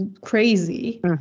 crazy